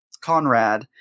Conrad